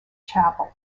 chapel